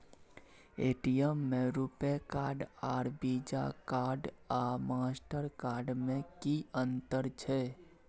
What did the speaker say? ATM में RuPay card आर Visa card या मास्टर कार्ड में कि अतंर छै?